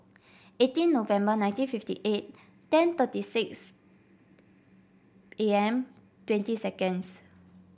eighteen November nineteen fifty eight ten thirty six A M twenty seconds